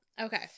Okay